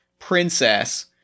princess